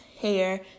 hair